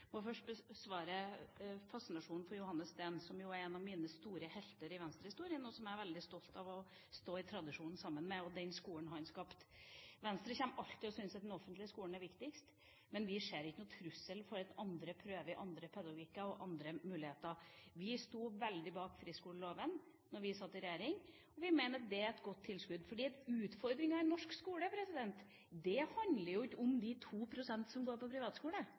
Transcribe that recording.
Jeg må først besvare fascinasjonen for Johannes Steen, som jo er en av mine store helter i Venstre-historien, og som jeg er veldig stolt av å stå i tradisjon sammen med, når det gjelder den skolen han skapte. Venstre kommer alltid til å syns at den offentlige skolen er viktigst, men vi ser ingen trussel i at andre prøver andre pedagogikker og andre muligheter. Vi sto veldig bak friskoleloven da vi satt i regjering, og vi mener at det er et godt tilskudd. Utfordringen i norsk skole handler jo ikke om de 2 pst. som går på privatskole.